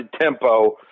tempo